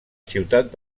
ciutat